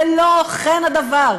ולא כן הדבר.